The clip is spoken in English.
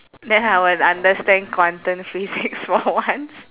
then I would understand quantum physics for once